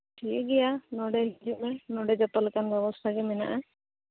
ᱴᱷᱤᱠ ᱜᱮᱭᱟ ᱱᱚᱰᱮ ᱦᱤᱡᱩᱜ ᱢᱮ ᱱᱚᱰᱮ ᱡᱚᱛᱚ ᱞᱮᱠᱟᱱ ᱵᱮᱵᱚᱥᱛᱷᱟ ᱜᱮ ᱢᱮᱱᱟᱜᱼᱟ